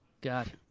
God